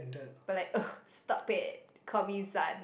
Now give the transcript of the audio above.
but like ugh stop it call me Zan